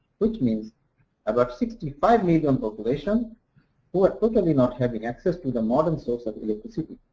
which means about sixty five million population who are totally not having access with the modern source of electricity.